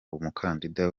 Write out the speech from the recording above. umukandida